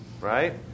right